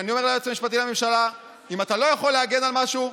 אני אומר ליועץ המשפטי לממשלה: אם אתה לא יכול להגן על משהו,